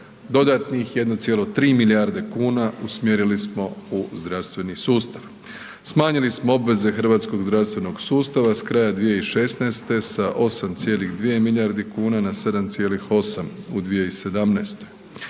dodatnih 1,3 milijarde kuna usmjerili smo u zdravstveni sustav, smanjili smo obveze hrvatskog zdravstvenog sustava s kraja 2016. sa 8,2 milijarde kuna na 7,8 u 2017.